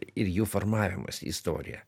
ir jų formavimosi istoriją